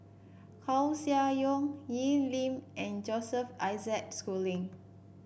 Koeh Sia Yong Wee Lin and Joseph Isaac Schooling